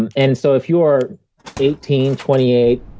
and and so if you are eighteen, twenty eight,